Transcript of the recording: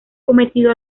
cometido